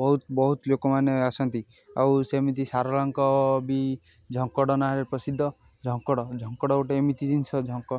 ବହୁତ ବହୁତ ଲୋକମାନେ ଆସନ୍ତି ଆଉ ସେମିତି ଶାରଳାଙ୍କ ବି ଝଙ୍କଡ଼ ନାଁରେ ପ୍ରସିଦ୍ଧ ଝଙ୍କଡ଼ ଝଙ୍କଡ଼ ଗୋଟେ ଏମିତି ଜିନିଷ ଝଙ୍କ